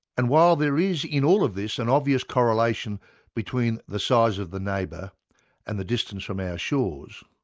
and while there is in all of this an obvious correlation between the size of the neighbour and the distance from our shores,